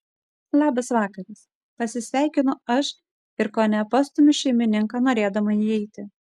labas vakaras pasisveikinu aš ir kone pastumiu šeimininką norėdama įeiti